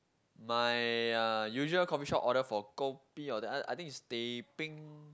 my uh usual coffee shop order for kopi all that I I think is teh-peng